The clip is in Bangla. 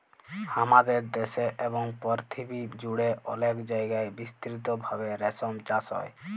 হামাদের দ্যাশে এবং পরথিবী জুড়ে অলেক জায়গায় বিস্তৃত ভাবে রেশম চাস হ্যয়